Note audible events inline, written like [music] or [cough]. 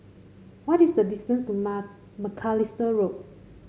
what is the distance to [unintelligible] Macalister Road